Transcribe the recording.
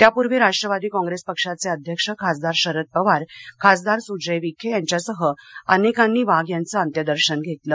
त्यापूर्वी राष्ट्रवादी काँग्रेस पक्षाचे अध्यक्ष खासदार शरद पवार खासदार सुजय विखे यांच्यासह अनेकांनी वाघ यांच अंत्यदर्शन घेतलं